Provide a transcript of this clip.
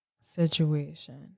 situation